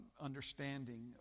understanding